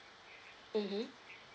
mmhmm